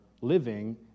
living